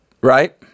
right